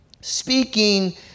Speaking